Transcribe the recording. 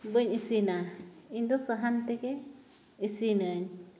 ᱵᱟᱹᱧ ᱤᱥᱤᱱᱟ ᱤᱧᱫᱚ ᱥᱟᱦᱟᱱᱛᱮᱜᱮ ᱤᱥᱤᱱᱟᱹᱧ